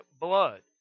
blood